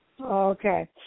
Okay